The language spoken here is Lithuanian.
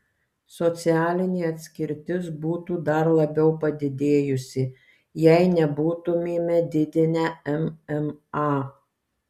socialinė atskirtis būtų dar labiau padidėjusi jei nebūtumėme didinę mma